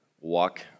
walk